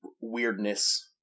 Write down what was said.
weirdness